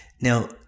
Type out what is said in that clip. now